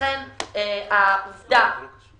לכן העובדה